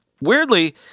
Weirdly